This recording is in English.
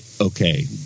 okay